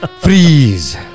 Freeze